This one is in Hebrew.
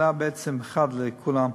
בעצם, שאלה אחת לכולם.